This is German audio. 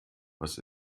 was